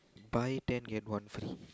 buy ten get one free